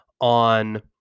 on